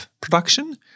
production